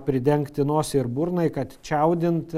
pridengti nosį ir burnai kad čiaudint